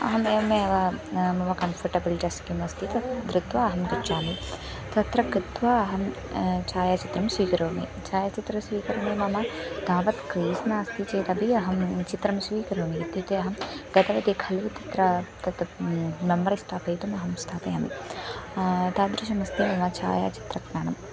अहं एवमेव मम कम्फ़ोर्टेबल् ड्रेस् किम् अस्ति तत् धृत्वा अहं गच्छामि तत्र कत्वा अहं छायाचित्रं स्वीकरोमि छायाचित्रस्वीकरणे मम तावत् क्रेज़् नास्ति चेदपि अहं चित्रं स्वीकरोमि इत्युक्ते अहं गतवती खलु तत्र तत् नम्बर् स्थापयितुम् अहं स्थापयामि तादृशमस्ति मम छायाचित्रग्रहणं